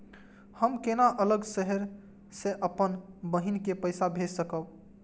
हम केना अलग शहर से अपन बहिन के पैसा भेज सकब?